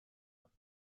macht